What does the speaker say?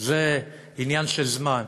זה עניין של זמן.